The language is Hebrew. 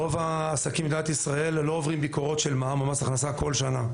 רוב העסקים במדינת ישראל לא עוברים ביקורות של מע"מ או מס הכנסה כל שנה,